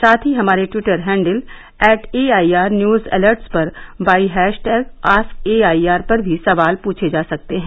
साथ ही हमारे Twitter handle at A I R news alerts पर by hashtag ask A I R पर भी सवाल पूछे जा सकते हैं